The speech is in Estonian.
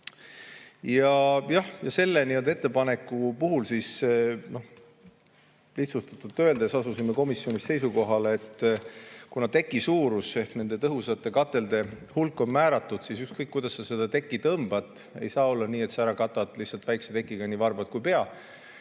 Ja selle ettepaneku puhul, lihtsustatult öeldes, asusime komisjonis seisukohale, et kuna teki suurus ehk nende tõhusate katelde hulk on määratud, siis ükskõik, kuidas sa seda tekki tõmbad, ei saa olla nii, et sa ära katad väikese tekiga nii varbad kui ka